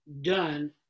done